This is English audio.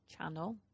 channel